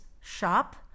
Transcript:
Shop